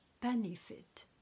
benefit